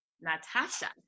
Natasha